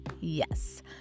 Yes